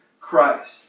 Christ